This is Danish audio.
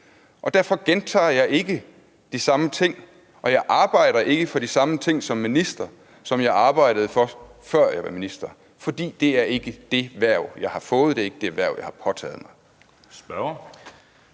og derfor gentager jeg ikke de samme ting og arbejder ikke for de samme ting som minister, som jeg arbejdede for, før jeg blev minister, for det er ikke det hverv, jeg har fået; det er ikke det hverv, jeg har påtaget mig. Kl.